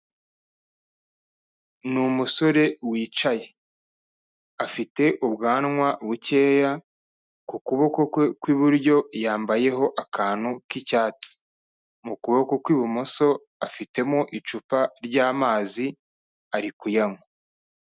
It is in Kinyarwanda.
Ni umusore wicaye, afite ubwanwa bukeya, ku kuboko kwe kw'iburyo yambayeho akantu k'icyatsi, mu kuboko kw'ibumoso afitemo icupa ry'amazi ari kuyanywa.